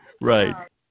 Right